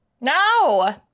No